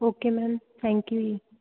okay ma'am thank you ਜੀ